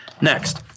Next